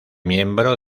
miembro